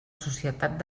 societat